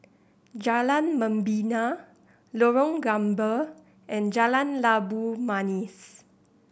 Jalan Membina Lorong Gambir and Jalan Labu Manis